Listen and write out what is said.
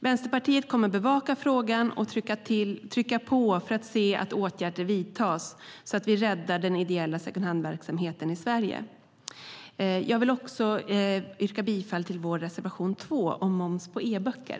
Vänsterpartiet kommer att bevaka frågan och trycka på för att se att åtgärder vidtas, så att vi räddar den ideella second hand-verksamheten i Sverige. Jag vill också yrka bifall till vår reservation 2 om moms på eböcker.